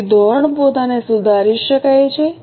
તેથી ધોરણ પોતાને સુધારી શકાય છે